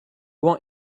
want